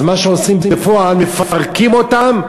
מה שעושים בפועל, מפרקים אותן,